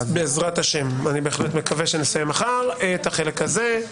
רבותיי, אני בהחלט מקווה שנסיים מחר את החלק הזה.